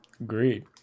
Agreed